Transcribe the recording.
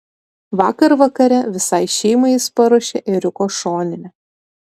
vakar vakare visai šeimai jis paruošė ėriuko šoninę